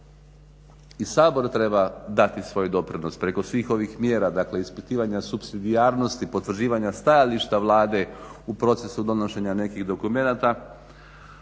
I Sabor treba dati svoj doprinos preko svih ovih mjera, dakle ispitivanja supsidijarnosti potvrđivanja stajališta Vlade u procesu donošenja nekih dokumenata.